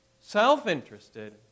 self-interested